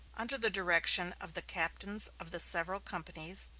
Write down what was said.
under the direction of the captains of the several companies,